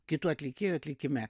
kitų atlikėjų atlikime